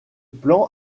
plan